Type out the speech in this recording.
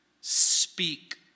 Speak